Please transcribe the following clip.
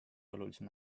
olulisem